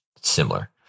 similar